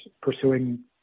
pursuing